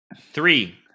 three